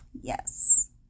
Yes